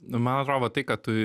man atrodo va tai ką tu